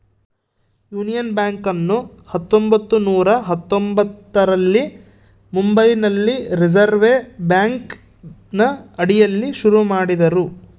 union ಬ್ಯಾಂಕನ್ನು ಹತ್ತೊಂಭತ್ತು ನೂರ ಹತ್ತೊಂಭತ್ತರಲ್ಲಿ ಮುಂಬೈನಲ್ಲಿ ರಿಸೆರ್ವೆ ಬ್ಯಾಂಕಿನ ಅಡಿಯಲ್ಲಿ ಶುರು ಮಾಡಿದರು